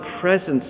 presence